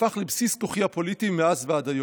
הפך לבסיס כוחי הפוליטי מאז ועד היום.